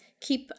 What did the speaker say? keep